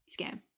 scam